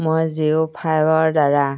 মই জিঅ' ফাইবাৰ দ্বাৰা